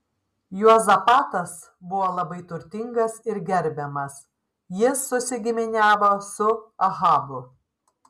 juozapatas buvo labai turtingas ir gerbiamas jis susigiminiavo su ahabu